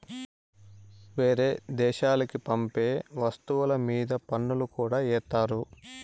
వేరే దేశాలకి పంపే వస్తువుల మీద పన్నులు కూడా ఏత్తారు